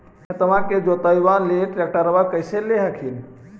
खेतबा के जोतयबा ले ट्रैक्टरबा कैसे ले हखिन?